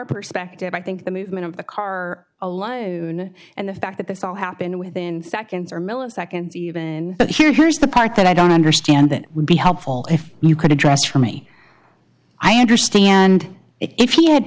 perspective i think the movement of the car alone and the fact that this all happened within seconds or milliseconds even but here's the part that i don't understand that would be helpful if you could address for me i understand if he had